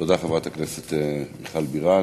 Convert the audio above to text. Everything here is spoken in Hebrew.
תודה, חברת הכנסת מיכל בירן.